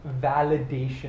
validation